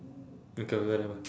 you tell them ah